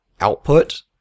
output